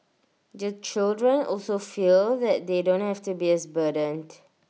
the children also feel that they don't have to be as burdened